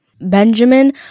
Benjamin